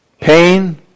pain